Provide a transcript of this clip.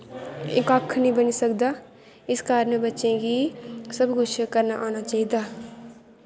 कक्ख निं बनी सकदा इस कारण बच्चें गी सब कुछ करना आना चाहिदा